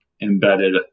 embedded